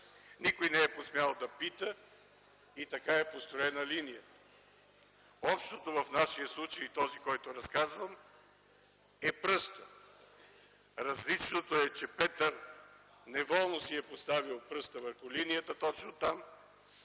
Никой не е посмял да пита и така е построена линията. Общото в нашия случай и този, който разказвам е – пръстът. Различното е, че Петър неволно си е поставил пръста върху линията, точно там,